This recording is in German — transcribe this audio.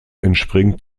entspringt